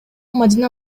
мадина